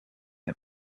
him